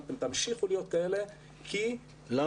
להם 'אתם תמשיכו להיות כאלה כי --- לא